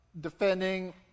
defending